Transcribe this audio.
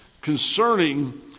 concerning